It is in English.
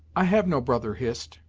i have no brother, hist.